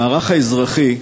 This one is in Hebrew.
המערך האזרחי,